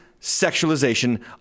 sexualization